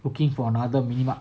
working for another mini mart